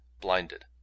blinded